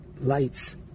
lights